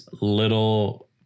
little